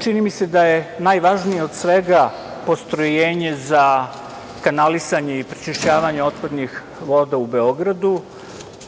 čini mi se da je najvažnije od svega postrojenje za kanalisanje i prečišćavanje otpadnih voda u Beogradu.